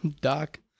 doc